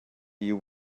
you